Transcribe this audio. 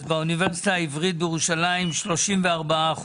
אז באוניברסיטה העברית בירושלים 34%